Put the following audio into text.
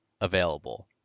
available